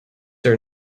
are